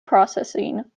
processing